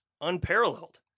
unparalleled